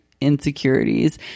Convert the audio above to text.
insecurities